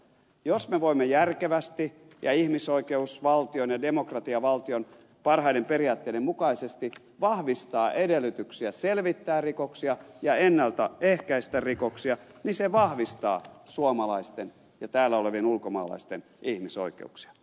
jos me voimme järkevästi ja ihmisoikeusvaltion ja demokratiavaltion parhaiden periaatteiden mukaisesti vahvistaa edellytyksiä selvittää rikoksia ja ennalta ehkäistä rikoksia niin se vahvistaa suomalaisten ja täällä olevien ulkomaalaisten ihmisoikeuksia